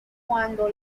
cuando